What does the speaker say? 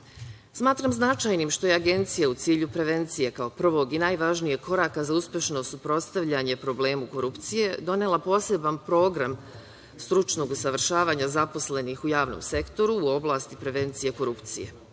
značajnim što je Agencija u cilju prevencije kao prvog i najvažnijeg koraka za uspešno suprotstavljanje problemu korupcije, donela poseban program stručnog usavršavanja zaposlenih u javnom sektoru, u oblasti prevencije korupcije. Agencija